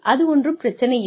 அது ஒன்றும் பிரச்சனை இல்லை